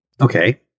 Okay